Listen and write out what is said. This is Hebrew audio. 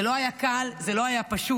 זה לא היה קל, זה לא היה פשוט,